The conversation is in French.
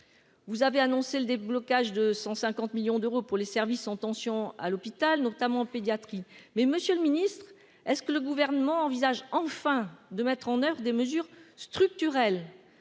vous avez annoncé le déblocage de 150 millions d'euros pour les services en tension à l'hôpital notamment pédiatrie mais Monsieur le Ministre est-ce que le gouvernement envisage enfin de mettre en oeuvre des mesures structurelles